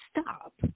stop